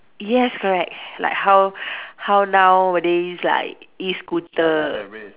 yes correct like how how nowadays like E scooter